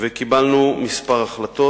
וקיבלנו כמה החלטות.